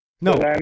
No